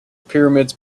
pyramids